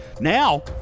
Now